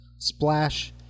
Splash